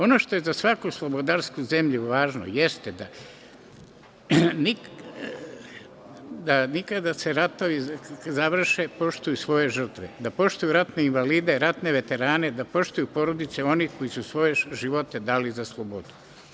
Ono što je za svaku slobodarsku zemlju važno jeste da i kada se ratovi završe poštuju svoje žrtve, da poštuju ratne invalide, ratne veterane, da poštuju porodice onih koji su svoje živote dali za slobodu.